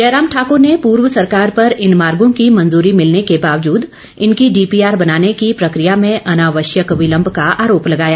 जयराम ठाक्र ने पूर्व सरकार पर इन मार्गो की मंजूरी मिलने के बावजुद इनकी डीपीआर बनाने की प्रकिया में अनावश्यक विलम्ब का आरोप लगाया